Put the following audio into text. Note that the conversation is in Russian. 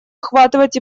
охватывать